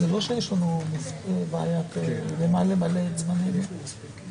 אני מעלה את הצעות החוק